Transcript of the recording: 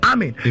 Amen